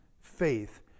faith